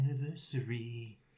anniversary